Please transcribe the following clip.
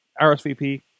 RSVP